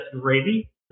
gravy